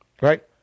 right